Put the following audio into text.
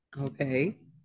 Okay